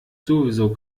sowieso